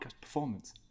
performance